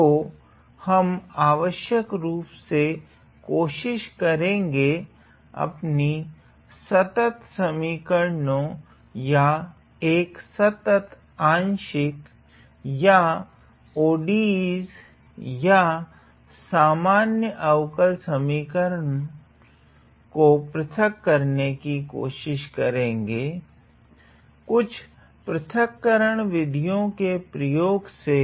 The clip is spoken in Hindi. तो हम आवश्यकरूप से कोशिश करेगे अपनी सतत् समीकरणों या एक सतत् आंशिक या ODEs या सामान्य अवकल समीकरणों को पृथक करने की कोशिश करेगे कुछ पृथकरण विधियो के प्रयोग से